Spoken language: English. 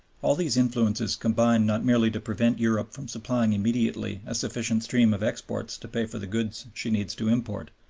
all these influences combine not merely to prevent europe from supplying immediately a sufficient stream of exports to pay for the goods she needs to import,